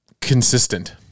Consistent